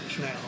now